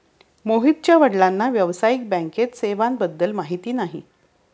मोहितच्या वडिलांना व्यावसायिक बँकिंग सेवेबद्दल माहिती नाही